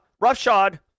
roughshod